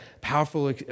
powerful